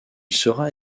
sera